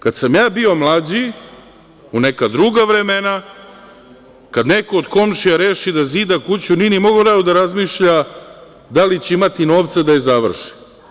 Kada sam ja bio mlađi, u neka druga vremena, kada neko od komšija reši da zida kuću, nije morao da razmišlja da li će imati novca da je završi.